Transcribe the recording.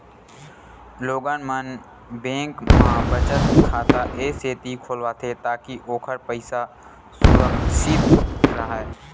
लोगन मन बेंक म बचत खाता ए सेती खोलवाथे ताकि ओखर पइसा सुरक्छित राहय